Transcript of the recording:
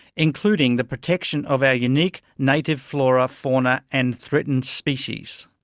including the protection of our unique native flora, fauna and threatened species.